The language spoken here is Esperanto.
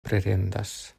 pretendas